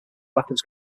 weapons